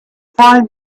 find